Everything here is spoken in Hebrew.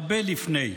הרבה לפני.